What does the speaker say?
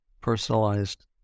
personalized